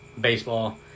Baseball